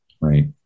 Right